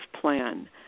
plan